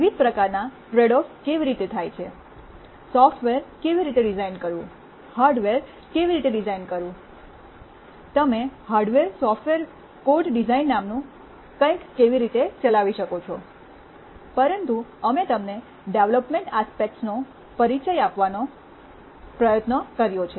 વિવિધ પ્રકારનાં trade off કેવી રીતે થાય છે સોફ્ટવૅર કેવી રીતે ડિઝાઇન કરવું હાર્ડવેર કેવી રીતે ડિઝાઇન કરવું તમે હાર્ડવેર સોફ્ટવૅર કોડ ડિઝાઇન નામનું કંઈક કેવી રીતે ચલાવી શકો છો પરંતુ અમે તમને ડેવલપમેન્ટ આસ્પેક્ટસ નો પરિચય આપવાનો પ્રયત્ન કર્યો છે